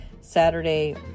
Saturday